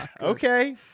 okay